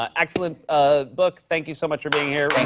um excellent ah book. thank you so much for being here. but